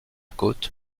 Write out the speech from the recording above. côte